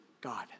God